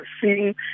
seeing